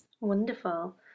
Wonderful